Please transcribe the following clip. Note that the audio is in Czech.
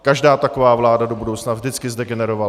Každá taková vláda do budoucna vždycky zdegenerovala.